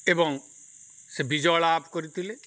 ଏବଂ ସେ ବିଜୟ ଲାଭ କରିଥିଲେ